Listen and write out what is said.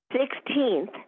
sixteenth